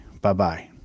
Bye-bye